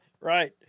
Right